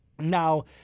Now